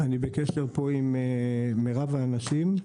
אני בקשר פה עם רוב האנשים.